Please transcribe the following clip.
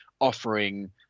offering